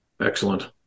Excellent